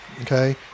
okay